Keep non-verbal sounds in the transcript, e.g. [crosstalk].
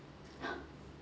[breath]